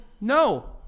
No